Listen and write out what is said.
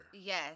Yes